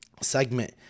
segment